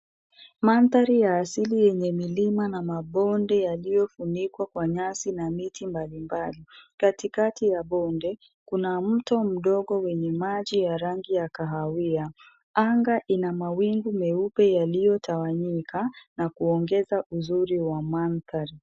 Mandhari ya asili yenye milima na mabonde yaliyofunikwa kwa nyasi na miti mbalimbali. Katikati ya bonde, kuna mto mdogo wenye maji ya rangi ya kahawia . Anga ina mawingu meupe iliyotawanyika, na kuongeza uzuri wa mandhari.